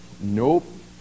Nope